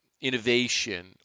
innovation